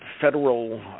Federal